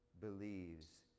believes